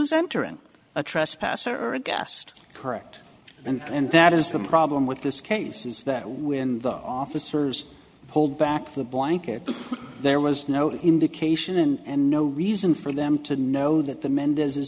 's entering a trespasser a guest correct and that is the problem with this case is that when the officers pulled back the blanket there was no indication and no reason for them to know that the mendez